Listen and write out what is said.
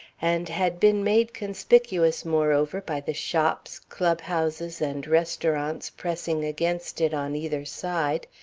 and had been made conspicuous moreover by the shops, club-houses, and restaurants pressing against it on either side,